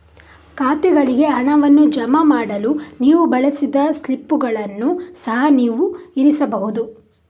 ಖಾತೆಗಳಿಗೆ ಹಣವನ್ನು ಜಮಾ ಮಾಡಲು ನೀವು ಬಳಸಿದ ಸ್ಲಿಪ್ಪುಗಳನ್ನು ಸಹ ನೀವು ಇರಿಸಬಹುದು